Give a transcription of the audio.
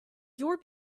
your